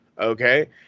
Okay